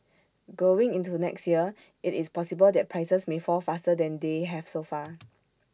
going into next year IT is possible that prices may fall faster than they have so far